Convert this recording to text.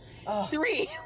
Three